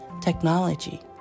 technology